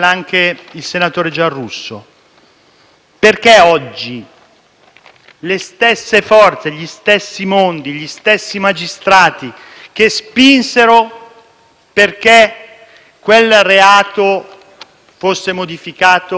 perché oggi le stesse forze, gli stessi mondi e gli stessi magistrati che spinsero perché quel reato fosse modificato ci chiedono di fermarci?